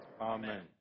Amen